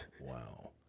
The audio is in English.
Wow